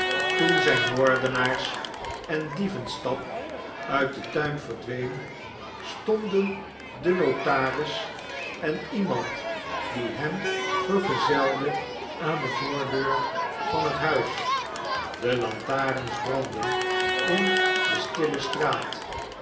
toen zyn moordenaars en dievenstap uit den tuin verdween stonden de notaris en iemand die hem vergezelde aan de voordeur van het huis de lantarens brandden in de stille straat